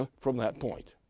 ah from that point.